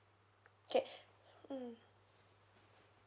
okay mm